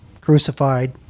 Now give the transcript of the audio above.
crucified